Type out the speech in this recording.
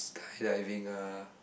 sky diving ah